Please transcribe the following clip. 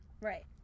Right